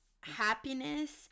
happiness